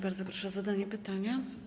Bardzo proszę o zadanie pytania.